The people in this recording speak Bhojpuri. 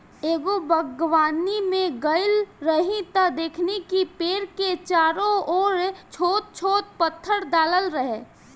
एगो बागवानी में गइल रही त देखनी कि पेड़ के चारो ओर छोट छोट पत्थर डालल रहे